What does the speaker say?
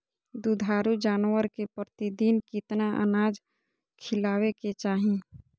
दुधारू जानवर के प्रतिदिन कितना अनाज खिलावे के चाही?